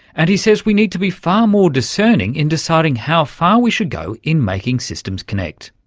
and he says we need to be far more discerning in deciding how far we should go in making systems connect.